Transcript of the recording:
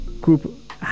group